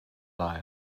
lie